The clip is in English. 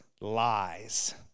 lies